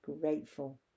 grateful